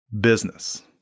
business